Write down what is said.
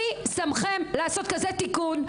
מי שמכם לעשות כזה תיקון,